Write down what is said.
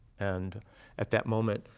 and at that moment,